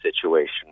situation